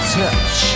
touch